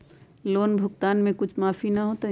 Loan भुगतान में कुछ माफी न होतई?